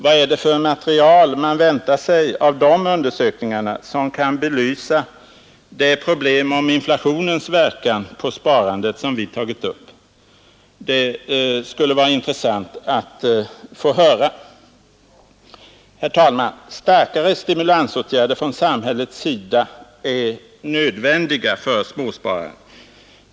Vad är det för material man väntar sig av dessa undersökningar som kan belysa det problem rörande inflationens verkan på sparandet som vi har tagit upp? Det skulle vara intressant att få höra. Herr talman! Starkare stimulansåtgärder från samhällets sida är nödvändiga för småspararen.